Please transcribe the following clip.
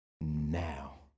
now